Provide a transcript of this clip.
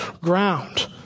ground